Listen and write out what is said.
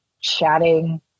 chatting